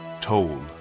told